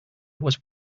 was